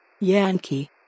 Yankee